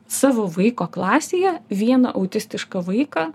savo vaiko klasėje vieną autistišką vaiką